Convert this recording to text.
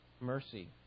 mercy